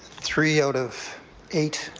three out of eight